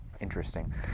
interesting